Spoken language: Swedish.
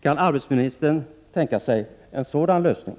Kan arbetsmarknadsministern tänka sig en sådan lösning?